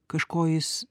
kažko jis